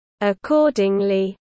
Accordingly